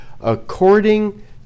according